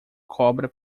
cobra